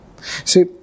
See